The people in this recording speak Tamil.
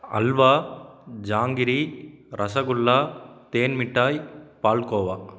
அல்வா ஜாங்கிரி ரசகுல்லா தேன்மிட்டாய் பால்கோவா